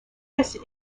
this